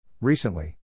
Recently